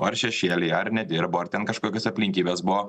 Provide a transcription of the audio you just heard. ar šešėlį ar nedirbo ar ten kažkokios aplinkybės buvo